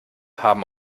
haben